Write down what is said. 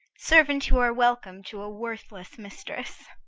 servant, you are welcome to a worthless mistress.